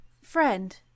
friend